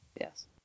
yes